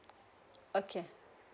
okay